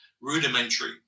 rudimentary